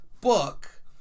book